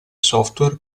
software